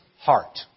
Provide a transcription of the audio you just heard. heart